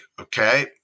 Okay